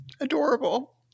adorable